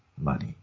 money